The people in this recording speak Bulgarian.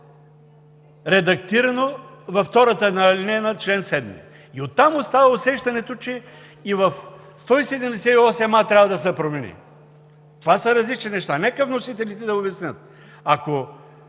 редактирано във втората алинея на чл. 7 и оттам остава усещането, че и в чл. 178а трябва да се промени. Това са различни неща. Нека вносителите да обяснят – ако